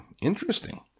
interesting